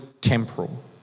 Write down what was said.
temporal